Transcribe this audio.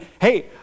hey